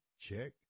Check